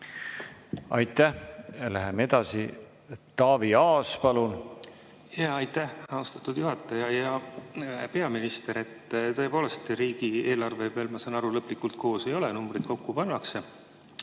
Aitäh! Läheme edasi. Taavi Aas, palun! Aitäh, austatud juhataja! Hea peaminister! Tõepoolest, riigieelarve veel, ma saan aru, lõplikult koos ei ole, numbreid alles pannakse